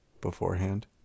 beforehand